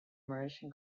mauritian